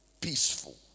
peaceful